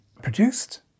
produced